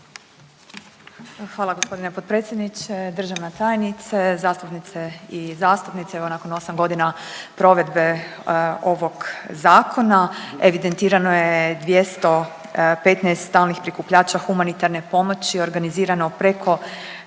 Hvala gospodine potpredsjedniče, državna tajnice, zastupnice i zastupnici. Evo nakon 8 godina provedbe ovog zakona, evidentirano je 215 stalnih prikupljača humanitarne pomoći organizirano preko